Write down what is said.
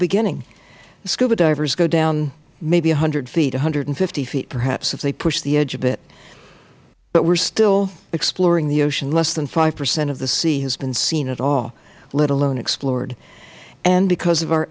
beginning scuba divers go down maybe a one hundred feet one hundred and fifty feet perhaps if they push the edge a bit but we are still exploring the ocean less than five percent of the sea has been seen at all let alone explored and because of our